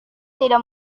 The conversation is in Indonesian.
tidak